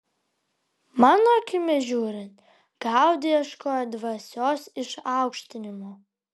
mano akimis žiūrint gaudi ieškojo dvasios išaukštinimo